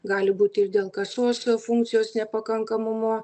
gali būti ir dėl kasos funkcijos nepakankamumo